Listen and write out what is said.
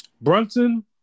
Brunson